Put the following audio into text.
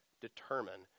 determine